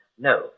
No